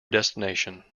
destination